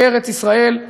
בארץ-ישראל,